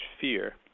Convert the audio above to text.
Fear